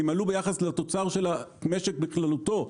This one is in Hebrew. הם עלו ביחס לתוצר של המשק בכללותו.